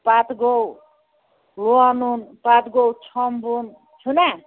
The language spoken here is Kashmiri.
پَتہٕ گوٚو لونُن پَتہٕ گوٚو چھۄمبُن چھُنا